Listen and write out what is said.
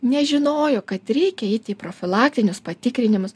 nežinojo kad reikia eit į profilaktinius patikrinimus